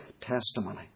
testimony